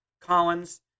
Collins